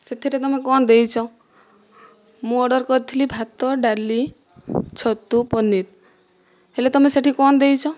ସେଥିରେ ତୁମେ କ'ଣ ଦେଇଛ ମୁଁ ଅର୍ଡ଼ର କରିଥିଲି ଭାତ ଡାଲି ଛତୁ ପନିର ହେଲେ ତୁମେ ସେଠି କ'ଣ ଦେଇଛ